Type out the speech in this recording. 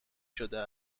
شده